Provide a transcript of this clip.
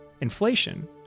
inflation